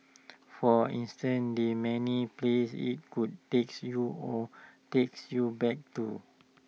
for instance the many places IT could takes you or takes you back to